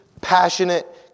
passionate